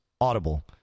Audible